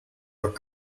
her